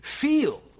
feel